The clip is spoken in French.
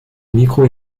micro